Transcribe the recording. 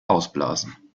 ausblasen